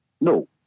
No